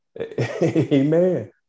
Amen